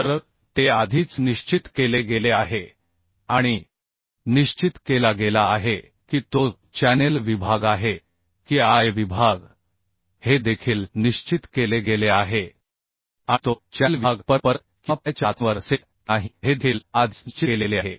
तर ते आधीच निश्चित केले गेले आहे आणि या विभागाचा आकार देखील निश्चित केला गेला आहे की तो चॅनेल विभाग आहे की I विभाग हे देखील निश्चित केले गेले आहे आणि तो चॅनेल विभाग परत परत किंवा पायाच्या टाचांवर असेल की नाही हे देखील आधीच निश्चित केले गेले आहे